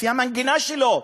לפי המנגינה שלו.